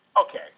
Okay